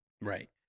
Right